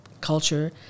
culture